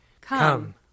Come